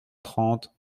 trente